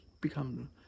become